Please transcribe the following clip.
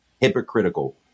Hypocritical